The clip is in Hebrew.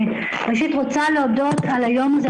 ראשית אני רוצה להודות על היום הזה,